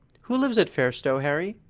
who lives at fairstowe, harry?